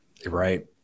Right